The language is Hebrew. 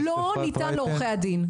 לא ניתנה לעורכי הדין.